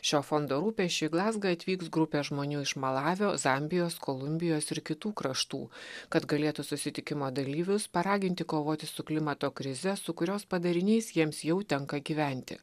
šio fondo rūpesčiu į glazgą atvyks grupė žmonių iš malavio zambijos kolumbijos ir kitų kraštų kad galėtų susitikimo dalyvius paraginti kovoti su klimato krize su kurios padariniais jiems jau tenka gyventi